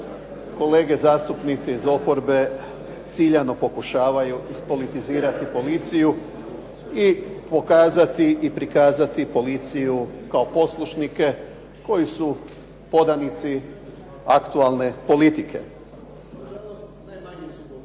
kolege zastupnici iz oporbe ciljano pokušavaju ispolitizirati policiju i pokazati i prikazati policiju kao poslušnike koji su podanici aktualne politike. … /Govornik je isključen